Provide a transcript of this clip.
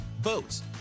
boats